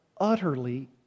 utterly